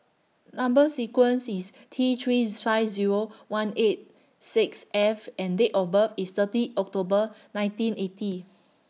Number sequence IS T three five Zero one eight six F and Date of birth IS thirty October nineteen eighty